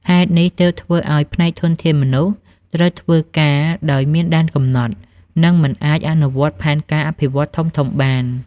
ហេតុនេះទើបធ្វើឱ្យ ផ្នែកធនធានមនុស្ស ត្រូវធ្វើការដោយមានដែនកំណត់ និងមិនអាចអនុវត្តផែនការអភិវឌ្ឍន៍ធំៗបាន។